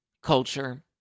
Culture